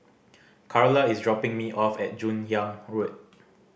Carla is dropping me off at Joon Hiang Road